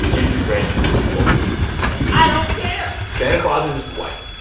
gingerbread people ok i don't care santa claus is is white,